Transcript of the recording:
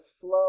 flow